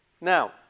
Now